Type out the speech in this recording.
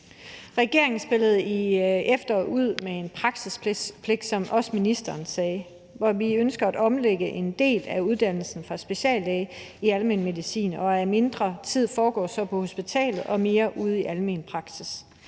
Regeringen spillede i efteråret ud med en praksispligt, som også ministeren sagde, hvor vi ønsker at omlægge en del af uddannelsen til speciallæge i almen medicin, således at mindre tid foregår på hospitalet og mere ude i almen praksis.